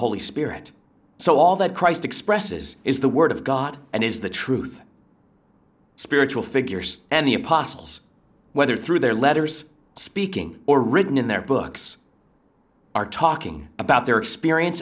holy spirit so all that christ expresses is the word of god and is the truth spiritual figures and the apostles whether through their letters speaking or written in their books are talking about their experience